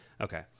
okay